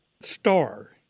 star